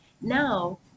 now